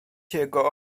jego